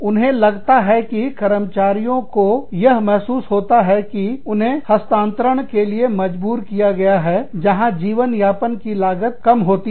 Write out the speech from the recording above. उन्हें लगता है कि कर्मचारियों को यह महसूस होता है कि उन्हें स्थानांतरण के लिए मजबूर किया गया है जहां जीवन यापन की लागत कम होती है